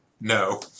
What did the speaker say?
no